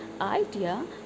idea